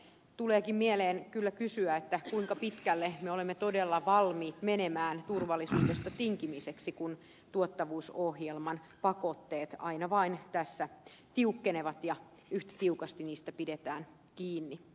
tuleekin kyllä mieleen kysyä kuinka pitkälle me olemme todella valmiit menemään turvallisuudesta tinkimisessä kun tuottavuusohjelman pakotteet aina vain tässä tiukkenevat ja yhtä tiukasti niistä pidetään kiinni